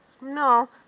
No